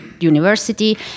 university